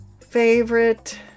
Favorite